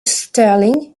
sterling